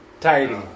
Tidy